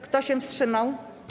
Kto się wstrzymał?